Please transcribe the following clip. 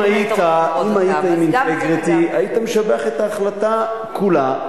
אם היית עם אינטגריטי, היית משבח את ההחלטה כולה.